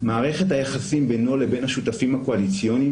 מערכת היחסים בינו לבין השותפים הקואליציוניים